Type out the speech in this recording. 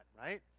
right